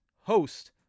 host